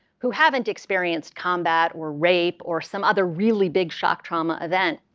who haven't experienced combat, or rape, or some other really big shock trauma event,